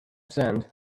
sand